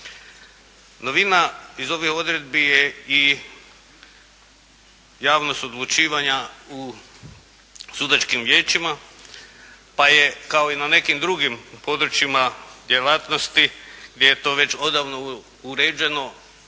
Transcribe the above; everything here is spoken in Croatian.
Novina iz ovih odredbi je i javnost odlučivanje u sudačkim vijećima, pa je kao i na nekim drugim područjima djelatnosti, gdje je to već odavno uređeno,